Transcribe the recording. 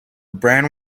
brand